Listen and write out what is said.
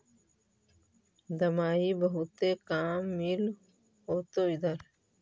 दमाहि बहुते काम मिल होतो इधर?